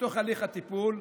בתוך הליך הטיפול.